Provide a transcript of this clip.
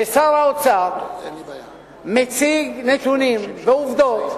ששר האוצר מציג נתונים, עובדות